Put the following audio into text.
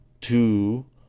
two